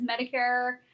medicare